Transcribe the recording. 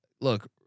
look